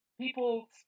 people